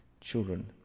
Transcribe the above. Children